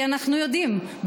כי אנחנו יודעים,